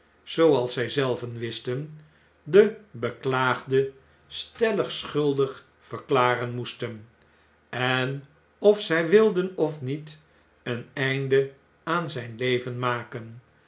zelve wisten den beklaagde stellig schuldig verklaren moesten en of zjj wilden of niet een einde aan zijn leven maken